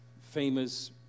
famous